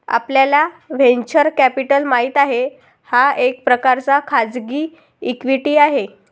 आपल्याला venture capital माहित आहे, हा एक प्रकारचा खाजगी इक्विटी आहे